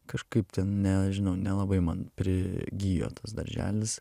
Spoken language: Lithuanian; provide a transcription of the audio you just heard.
kažkaip nežinau nelabai man prigijo tas darželis